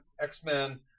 x-men